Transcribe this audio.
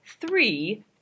three